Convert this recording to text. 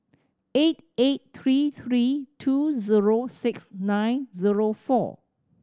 eight eight three three two zero six nine zero four